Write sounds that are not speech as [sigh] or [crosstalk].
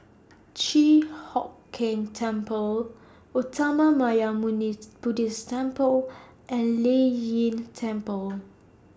Chi Hock Keng Temple [unintelligible] Buddhist Temple and Lei Yin Temple